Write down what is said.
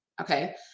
Okay